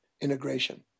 integration